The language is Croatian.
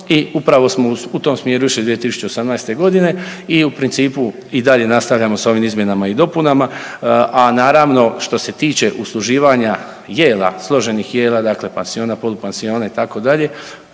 upravo smo u tom smjeru išli 2018. godine i u principu i dalje nastavljamo s ovim izmjenama i dopunama. A naravno što se tiče usluživanja jela, složenih jela dakle pansiona, polupansiona itd.,